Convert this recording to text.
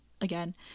again